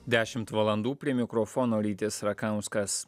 dešimt valandų prie mikrofono rytis rakauskas